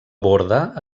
borda